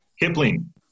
Kipling